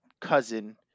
cousin